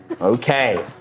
Okay